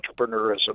entrepreneurism